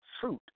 fruit